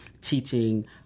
teaching